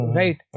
right